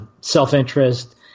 self-interest